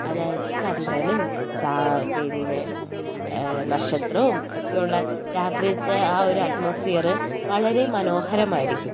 അതായത് ചന്ദ്രനും പിന്നെ നക്ഷത്രവും ഒക്കെയുള്ള രാത്രിയിലത്തെ ആ ഒരു അറ്റ്മോസ്ഫിയർ വളരെ മനോഹരമായിരിക്കും